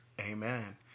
Amen